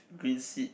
green seats